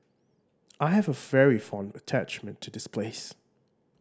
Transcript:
I have a very fond attachment to this place